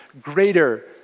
greater